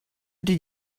did